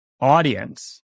audience